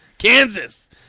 Kansas